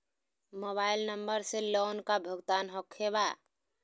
Mobile number से loan का भुगतान होखे बा?